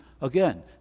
Again